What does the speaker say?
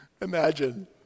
imagine